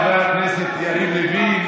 חבר הכנסת יריב לוין,